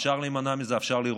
אפשר להימנע מזה, אפשר לראות.